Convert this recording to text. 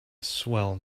swell